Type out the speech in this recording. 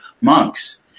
monks